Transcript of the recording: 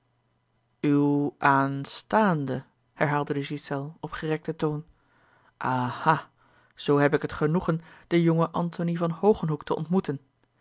staande herhaalde de ghiselles op gerekten toon ahà zoo heb ik het genoegen den jongen antony van hogenhoeck te ontmoeten